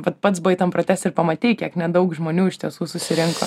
vat pats buvai tam proteste ir pamatei kiek nedaug žmonių iš tiesų susirinko